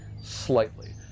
slightly